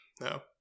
No